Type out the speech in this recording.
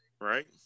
Right